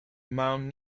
mount